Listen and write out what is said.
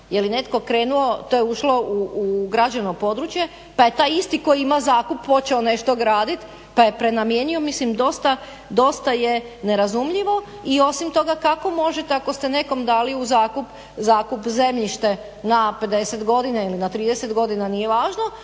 Je li netko krenuo, to je ušlo u građevno područje, pa je taj isti koji ima zakup počeo nešto gradit, pa je prenamijenio. Mislim dosta je nerazumljivo. I osim toga kako možete ako ste nekom dali u zakup zemljište na 50 godina ili na 30 godina nije važno